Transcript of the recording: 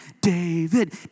David